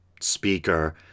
speaker